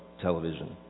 television